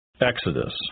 Exodus